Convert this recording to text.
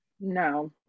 No